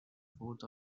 fourth